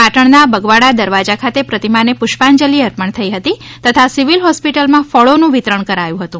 પાટણના બગવાડા દરવાજા ખાતે પ્રતિમાને પુષ્પાંજલિ અર્પણ થઇ હતીતથા સિવિલ હોસ્પીટલમાં ફળોનુ વિતરણ કરાયુ હતુ